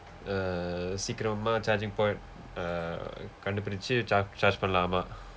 err சீக்கிரமா:siikkiramaa charging point uh கண்டுபிடித்து:kandupidiththu charge charge பண்ணலாம் ஆமா:pannalaam aamaa